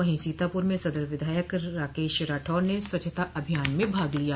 वहीं सोतापुर में सदर विधायक राकेश राठौर ने स्वच्छता अभियान में भाग लिया